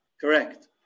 Correct